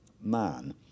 man